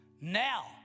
Now